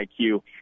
IQ